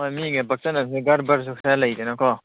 ꯍꯣꯏ ꯃꯤꯒ ꯄꯛꯁꯟꯕꯅꯁꯦ ꯒꯔꯕꯔꯁꯨ ꯈꯔ ꯂꯩꯗꯅꯀꯣ